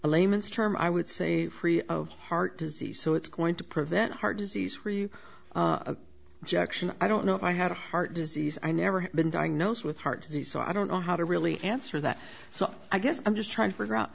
layman's terms i would say free of heart disease so it's going to prevent heart disease for you jackson i don't know if i had a heart disease i never been diagnosed with heart disease so i don't know how to really answer that so i guess i'm just trying to figure out